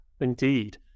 indeed